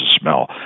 smell